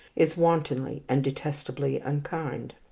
is wantonly and detestably unkind.